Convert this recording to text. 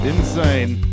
Insane